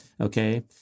Okay